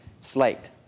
slate